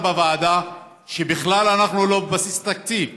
בוועדה שבכלל אנחנו לא בבסיס התקציב.